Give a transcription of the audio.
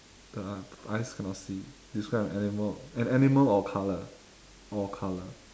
the eyes cannot see describe an animal an animal or color or color